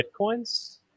Bitcoin's